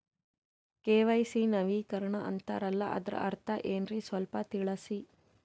KYC ನವೀಕರಣ ಅಂತಾರಲ್ಲ ಅದರ ಅರ್ಥ ಏನ್ರಿ ಸ್ವಲ್ಪ ತಿಳಸಿ?